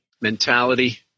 mentality